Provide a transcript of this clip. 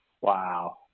Wow